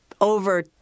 over